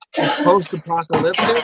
post-apocalyptic